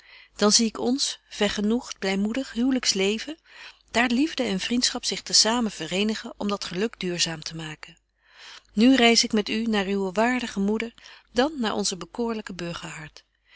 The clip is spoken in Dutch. dan zie ik ons vergenoegt blymoedig huwelyks leven daar liefde en vriendschap zich te samen vereenigen om dat geluk duurzaam te maken nu reis ik met u naar uwe waardige moeder dan naar onze bekoorlyke